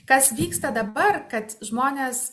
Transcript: kas vyksta dabar kad žmonės